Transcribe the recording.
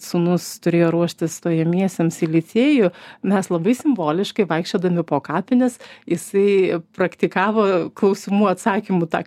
sūnus turėjo ruoštis stojamiesiems į licėjų mes labai simboliškai vaikščiodami po kapines jisai praktikavo klausimų atsakymų tą